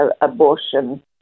abortion